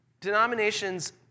Denominations